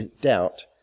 doubt